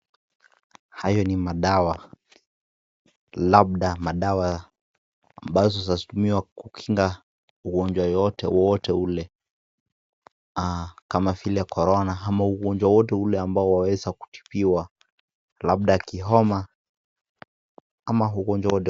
Hayo ni madawa labda madawa ambazo zatumiwa kukinga ugonjwa wowote ule kama vile Korona ama ugonjwa wowote ule ambao waweza kutibiwa labda kihoma ama ugonjwa...